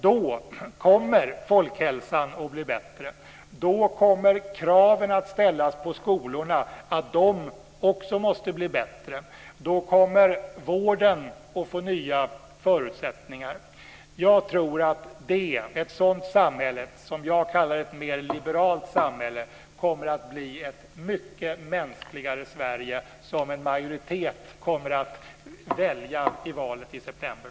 Då kommer folkhälsan att bli bättre. Då kommer krav att ställas på skolorna att de också måste bli bättre. Då kommer vården att få nya förutsättningar. Ett sådant samhälle, som jag kallar ett mer liberalt samhälle, kommer att bli ett mycket mänskligare Sverige som en majoritet kommer att välja i valet i september